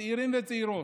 צעירים וצעירות,